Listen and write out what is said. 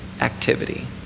activity